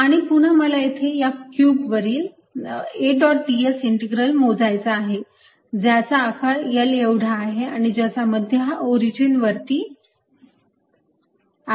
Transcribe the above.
आणि पुन्हा मला इथे या क्यूब वरील A डॉट ds इंटीग्रल मोजायचा आहे ज्याचा आकार L एवढा आहे आणि ज्याचा मध्य हा ओरिजिन वरती आहे